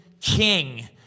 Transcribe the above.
king